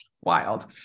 wild